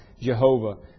Jehovah